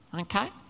Okay